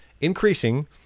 increasing